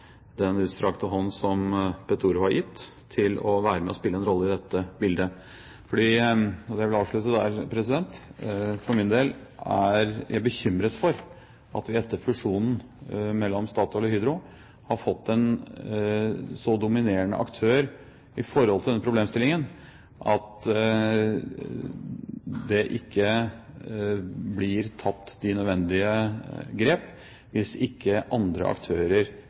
den utstrakte hånd som Petoro har gitt, til å være med og spille en rolle i dette bildet. Jeg for min del – og nå vil jeg avslutte – er bekymret for at vi etter fusjonen mellom Statoil og Hydro har fått en så dominerende aktør i forhold til den problemstillingen at det ikke blir tatt de nødvendige grep hvis ikke andre aktører